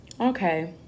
Okay